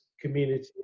community